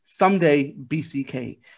SomedayBCK